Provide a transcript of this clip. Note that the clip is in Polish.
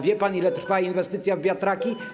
Wie pan, ile trwa inwestycja w wiatraki?